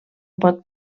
pot